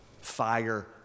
Fire